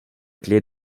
clé